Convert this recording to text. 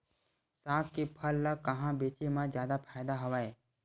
साग के फसल ल कहां बेचे म जादा फ़ायदा हवय?